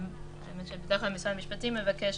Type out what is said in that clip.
בדרך כלל משרד המשפטים מבקש